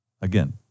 again